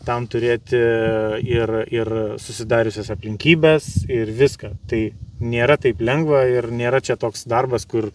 tam turėti ir ir susidariusias aplinkybes ir viską tai nėra taip lengva ir nėra čia toks darbas kur